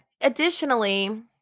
Additionally